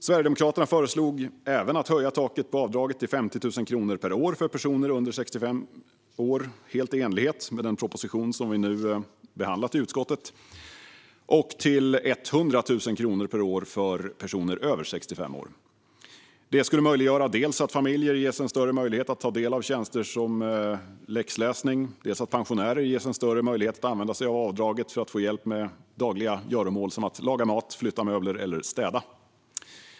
Sverigedemokraterna föreslog även en höjning av taket på avdraget till 50 000 kronor per år för personer under 65 år, helt i enlighet med den proposition som vi nu behandlat i utskottet, samt till 100 000 kronor per år för personer över 65 år. Detta skulle möjliggöra dels att familjer ges en större möjlighet att ta del av tjänster som läxläsning, dels att pensionärer ges en större möjlighet att använda sig av avdraget för att få hjälp med dagliga göromål som att laga mat, flytta möbler eller städa.